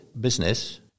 business